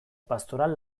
pastoral